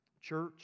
church